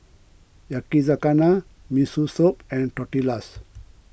Yakizakana Miso Soup and Tortillas